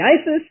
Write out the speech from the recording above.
ISIS